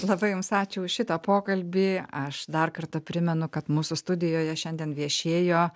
labai jums ačiū už šitą pokalbį aš dar kartą primenu kad mūsų studijoje šiandien viešėjo